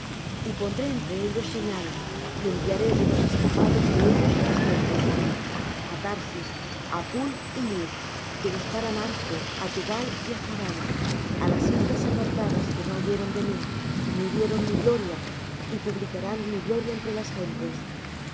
y pondré entre ellos señal y enviaré de los escapados de ellos á las gentes á tarsis á pul y lud que disparan arco á tubal y á javán á las islas apartadas que no oyeron de mí ni vieron mi gloria y publicarán mi gloria entre las gentes